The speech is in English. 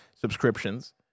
subscriptions